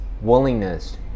willingness